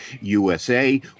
USA